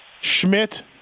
Schmidt